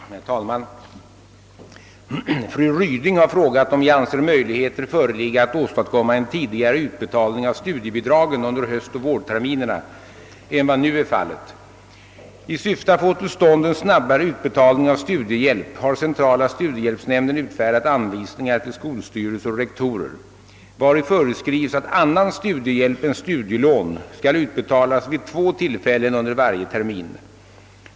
Herr talman! Fru Ryding har frågat, om jag anser möjligheter föreligga att åstadkomma en tidigare utbetalning av studiebidragen under höstoch vårterminerna än vad nu är fallet. I syfte att få till stånd en snabbare utbetalning av studiehjälp har centrala studiehjälpsnämnden «utfärdat anvisningar till skolstyrelser och rektorer, vari föreskrivs att annan studiehjälp än studielån skall utbetalas vid två tillfällen under varje termin.